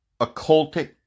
occultic